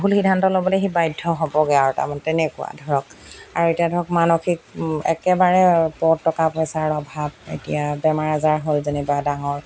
ভুল সিদ্ধান্ত ল'বলৈ সি বাধ্য হ'বগৈ আৰু তাৰমানে তেনেকুৱা ধৰক আৰু এতিয়া ধৰক মানসিক একেবাৰে পদ টকা পইচাৰ অভাৱ এতিয়া বেমাৰ আজাৰ হ'ল যনিবা ডাঙৰ